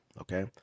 Okay